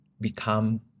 become